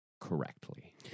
correctly